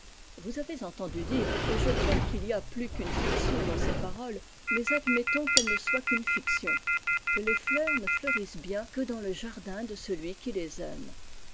vous avez entendu dire et je croîs qu'il y a plus qu'une fiction dans ces paroles mais admettons qu'elles ne soient qu'une fiction que les fleurs ne fleurissent bien que dans le jardin de celui qui j les aime